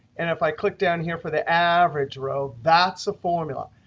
and if i click down here for the average row, that's a formula.